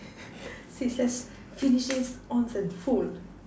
since let's just finish this once and for all